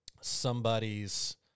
somebody's